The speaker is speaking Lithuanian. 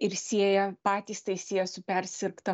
ir sieja patys tai sieja su persirgta